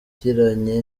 yagiranye